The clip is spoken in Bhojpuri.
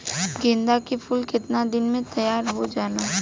गेंदा के फूल केतना दिन में तइयार हो जाला?